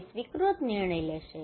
તે સ્વીકૃત નિર્ણય લેશે